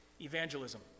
evangelism